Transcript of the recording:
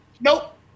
nope